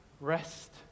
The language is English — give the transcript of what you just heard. Rest